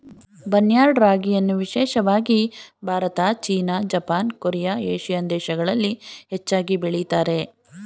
barnyard ರಾಗಿಯನ್ನು ವಿಶೇಷವಾಗಿ Bharat, China, Japan, Korea, Asian ದೇಶಗಳಲ್ಲಿ ಹೆಚ್ಚಾಗಿ ಬೆಳಿತಾರೆ